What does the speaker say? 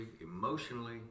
emotionally